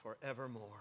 forevermore